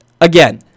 again